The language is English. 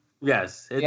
Yes